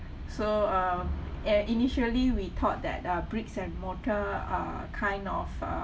so um eh initially we thought that uh bricks and mortar are kind of err